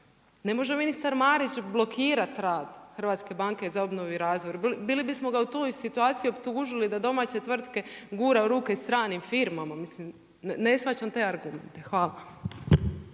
Ne može ministar Marić blokirati rad HBOR-a. Bili bismo ga u toj situaciji optužili da domaće tvrtke guraju u ruke stranih firmama. Mislim, ne shvaćam te argumente. Hvala.